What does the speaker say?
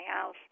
house